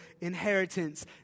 inheritance